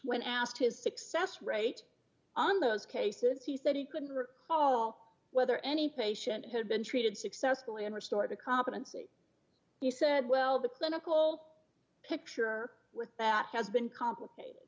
when asked his success rate on those cases he said he couldn't recall whether any patient had been treated successfully and restored to competency he said well the clinical picture with that has been complicated